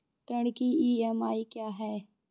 ऋण की ई.एम.आई क्या है?